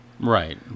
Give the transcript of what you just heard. Right